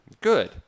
Good